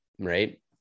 Right